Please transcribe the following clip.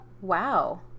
Wow